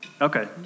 Okay